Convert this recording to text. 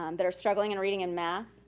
um that are struggling in reading and math,